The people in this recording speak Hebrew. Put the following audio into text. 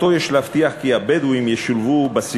לשמוע, חוק גזעני של נישול קרקעות.